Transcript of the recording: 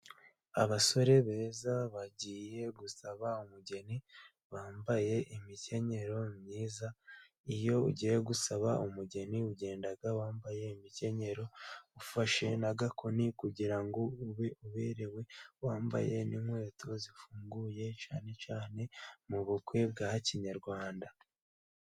Abasore beza bagiye gusaba umugeni bambaye imikenyero myiza. Iyo ugiye gusaba umugeni ugendaga wambaye imikenyero ufashe n'agakoni kugirango ube uberewe, wambaye n'inkweto zifunguye, cyane cyane mu bukwe bwa kinyarwanda.